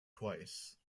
twice